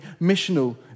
missional